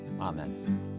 amen